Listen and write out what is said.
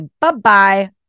bye-bye